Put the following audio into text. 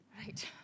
Right